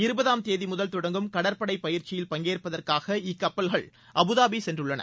இருபதாம் தேதி முதல் தொடங்கும் கடற்படை பயிற்சியில் பங்கேற்பதற்காக இக்கப்பல்கள் அபுதாபி சென்றுள்ளன